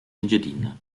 engiadina